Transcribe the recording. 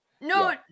no